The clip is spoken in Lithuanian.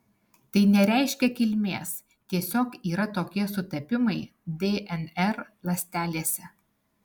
tai nereiškia kilmės tiesiog yra tokie sutapimai dnr ląstelėse